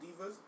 Divas